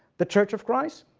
the church of christ.